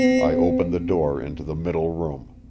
i opened the door into the middle room.